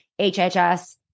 HHS